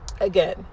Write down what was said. Again